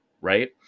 right